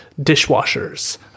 dishwashers